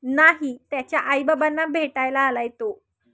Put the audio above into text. नाही त्याच्या आईबाबांना भेटायला आला आहे तो